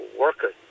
workers